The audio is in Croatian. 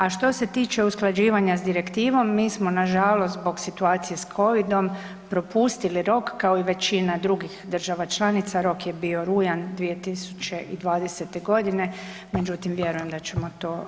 A što se tiče usklađivanja s direktivom, mi smo nažalost zbog situacije s covidom propustili rok kao i većina drugih država članica, rok je bio rujan 2020.g., međutim vjerujemo da ćemo to